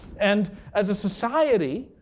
and as a society,